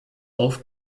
auf